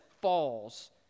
falls